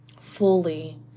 fully